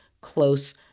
close